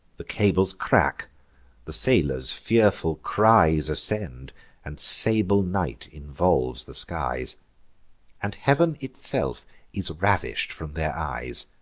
the cables crack the sailors' fearful cries ascend and sable night involves the skies and heav'n itself is ravish'd from their eyes.